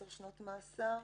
10 שנות מאסר,